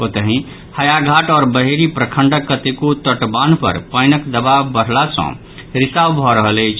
ओतहि हायाघाट आओर बहेरी प्रखंडक कतेको तटबान्ह पर पानिक दबाव बढ़ला सँ रिसाव भऽ रहल अछि